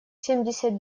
семьдесят